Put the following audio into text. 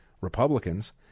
Republicans